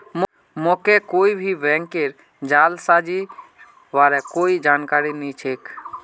मोके कोई भी बैंकेर जालसाजीर बार कोई जानकारी नइ छेक